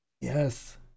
Yes